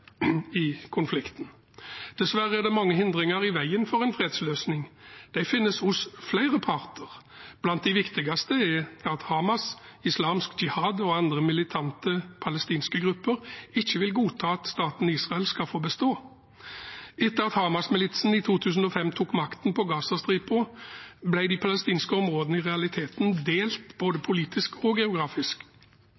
i konflikten. Dessverre er det mange hindringer i veien for en fredsløsning. De finnes hos flere parter. Blant de viktigste er at Hamas, Islamsk Jihad og andre militante palestinske grupper ikke vil godta at staten Israel skal få bestå. Etter at Hamas-militsen i 2005 tok makten på Gazastripen, ble de palestinske områdene i realiteten delt både